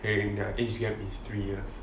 eh and their age gap is three years